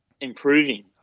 improving